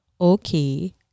okay